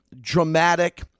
dramatic